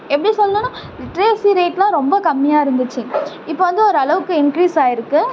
எப்படி சொல்லணும்னா லிட்ரேசி ரேடெலாம் ரொம்ப கம்மியாக இருந்துச்சு இப்போது வந்து ஒரு அளவுக்கு இன்க்ரீஸ் ஆகிருக்கு